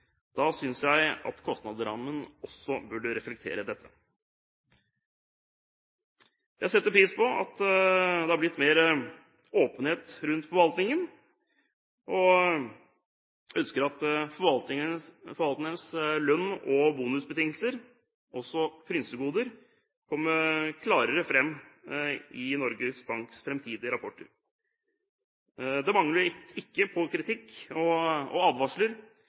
Da synes jeg at kostnadsrammen også burde reflektere dette. Jeg setter pris på at det har blitt mer åpenhet rundt forvaltningen og ønsker at forvalternes lønn og bonusbetingelser, også frynsegoder, kommer klarere fram i Norges Banks fremtidige rapporter. Det manglet ikke på kritikk og advarsler